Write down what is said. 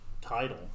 title